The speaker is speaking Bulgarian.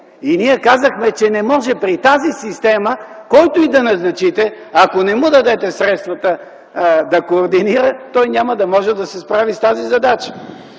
И ние казахме, че не може при тази система. Който и да назначите, ако не му дадете средствата да координира, той няма да може да се справи с тази задача.